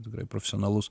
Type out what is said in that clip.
tikrai profesionalus